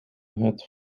het